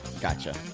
Gotcha